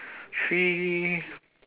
three